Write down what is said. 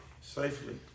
safely